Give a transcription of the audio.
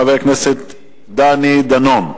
חבר הכנסת דני דנון.